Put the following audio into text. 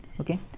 okay